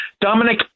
Dominic